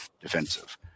defensive